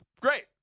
great